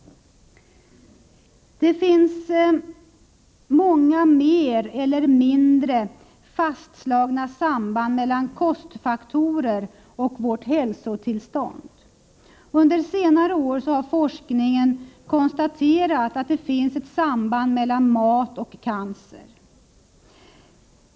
Det finns många mer eller mindre fastslagna samband mellan kostfaktorer och vårt hälsotillstånd. Under senare år har det inom forskningen konstaterats ett samband mellan mat och cancer.